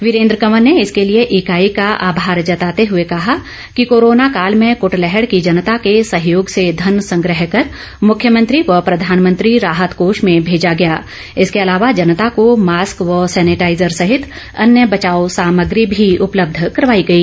वीरेन्द्र कंवर ने इसके लिए इकाई का आमार जताते हुए कहा कि कोरोना काल में कटलैहड की जनता के सहयोग से धन संग्रह कर मुख्यमंत्री व प्रधानमंत्री राहत कोष में भेजा गया इसके अलावा जनता को मास्क व सैनेटाईजर सहित अन्य बचाव सामग्री भी उपलब्ध करवाई गई